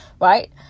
right